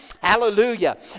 Hallelujah